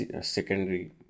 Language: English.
secondary